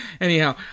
Anyhow